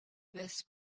best